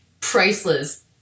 priceless